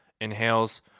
inhales